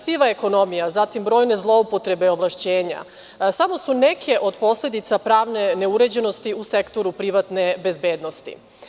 Siva ekonomija, brojne zloupotrebe ovlašćenja samo su neke od posledica pravne neuređenosti u sektoru privatne bezbednosti.